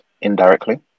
indirectly